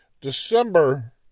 December